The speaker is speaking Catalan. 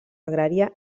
agrària